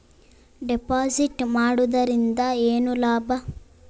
Deposit ಮಾಡುದರಿಂದ ಏನು ಲಾಭ?